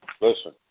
listen